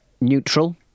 Neutral